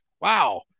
wow